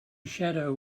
shadow